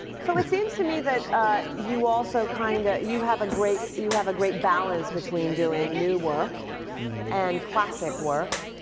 so it seems to me that ah you also kind of you have a great you have a great balance between doing new work and classic work.